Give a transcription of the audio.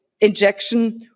injection